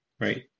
Right